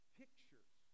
pictures